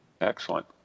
Excellent